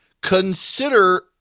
Consider